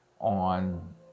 on